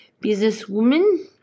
businesswoman